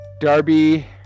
Darby